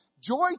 Joy